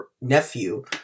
nephew